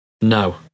No